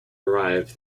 arrive